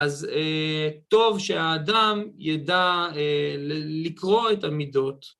אז טוב שהאדם ידע לקרוא את המידות.